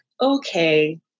okay